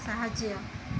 ସାହାଯ୍ୟ